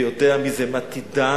ויודע מי זה מתי דן,